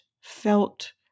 felt